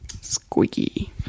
Squeaky